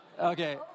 Okay